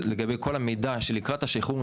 לגבי כל המידע לקראת השחרור,